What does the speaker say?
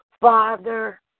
Father